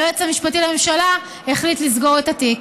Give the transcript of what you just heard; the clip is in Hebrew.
היועץ המשפטי לממשלה החליט לסגור את התיק.